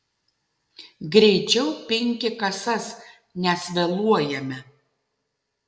greičiau pinki kasas nes vėluojame